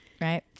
right